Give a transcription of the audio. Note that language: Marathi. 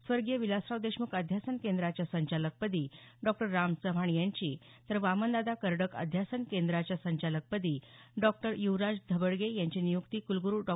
स्वर्गीय विलासराव देशमुख अध्यासन केंद्राच्या संचालकपदी डॉक्टर राम चव्हाण यांची तर वामनदादा कर्डक अध्यासन केंद्राच्या संचालकपदी डॉक्टर युवराज धबडगे यांची नियुक्ती कुलगुरू डॉ